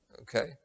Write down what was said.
Okay